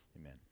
Amen